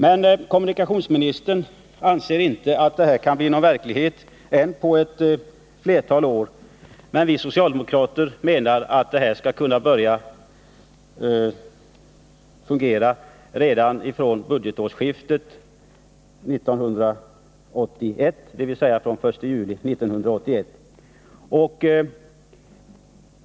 Men kommunikationsministern anser inte att detta kan bli någon verklighet än på flera år. Vi socialdemokrater menar dock att detta skall kunna börja fungera redan från budgetårsskiftet 1981, dvs. från den 1 juli 1981.